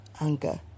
anger